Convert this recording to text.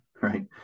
right